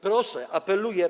Proszę, apeluję.